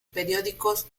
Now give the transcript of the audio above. periódicos